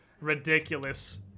ridiculous